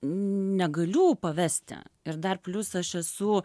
negaliu pavesti ir dar plius aš esu